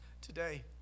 today